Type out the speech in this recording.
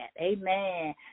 amen